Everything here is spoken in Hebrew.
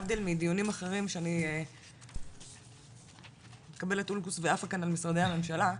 להבדיל מדיונים אחרים שאני מקבלת אולקוס ממשרדי הממשלה,